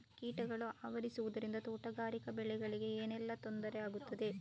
ಕೀಟಗಳು ಆವರಿಸುದರಿಂದ ತೋಟಗಾರಿಕಾ ಬೆಳೆಗಳಿಗೆ ಏನೆಲ್ಲಾ ತೊಂದರೆ ಆಗ್ತದೆ?